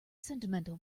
sentimental